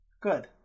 Good